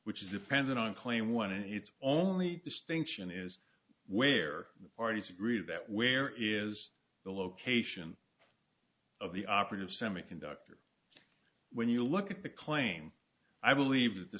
which is dependent on claim one and it's only distinction is where parties agree that where is the location of the operative semiconductor when you look at the claim i believe th